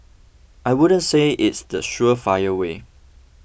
I wouldn't say it's the surefire way